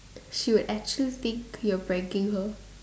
she would actually think you're pranking her